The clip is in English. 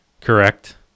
Correct